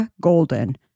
Golden